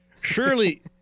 surely